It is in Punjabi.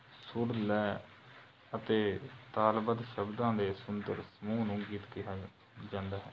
ਸੁਰ ਲੈਅ ਅਤੇ ਤਾਲਬੱਧ ਸ਼ਬਦਾਂ ਦੇ ਸੁੰਦਰ ਸਮੂਹ ਨੂੰ ਗੀਤ ਕਿਹਾ ਜਾਂਦਾ ਹੈ